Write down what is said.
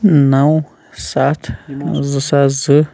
نَو سَتھ نَو زٕ ساس زٕ